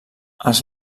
als